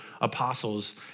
apostles